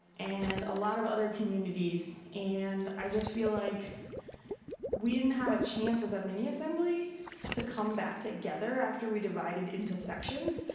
and a lot of other communities and i just feel like we didn't have a chance as a mini-assembly to come back together after we divided into sections,